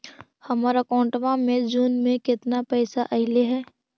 हमर अकाउँटवा मे जून में केतना पैसा अईले हे?